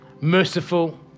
merciful